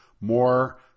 More